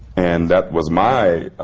and that was my